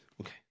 Okay